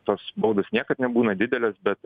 tos baudos niekad nebūna didelės bet